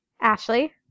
ashley